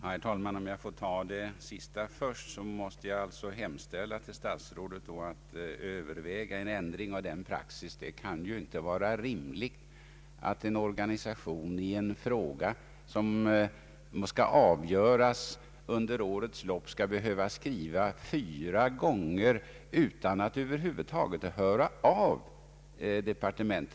Herr talman! För att ta det sista först, måste jag hemställa till statsrådet att överväga en ändring av denna praxis. Det kan ju inte vara rimligt att en organisation i en fråga som skall avgöras under året skriver fyra gånger utan att över huvud taget höra av departementet.